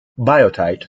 biotite